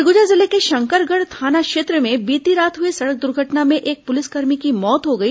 सरगुजा जिले के शंकरगढ़ थाना क्षेत्र में बीती रात हुई सड़क दुर्घटना में एक पुलिसकर्मी की मौत हो गई